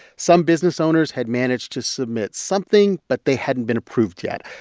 some business owners had managed to submit something, but they hadn't been approved yet.